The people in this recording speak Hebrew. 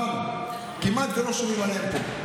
אמרתי, כמעט שלא שומעים עליהן פה.